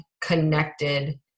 connected